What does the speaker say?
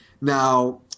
Now